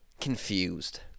confused